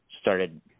started